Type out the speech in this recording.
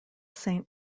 saint